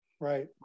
Right